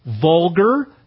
vulgar